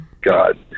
God